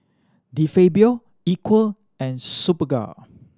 De Fabio Equal and Superga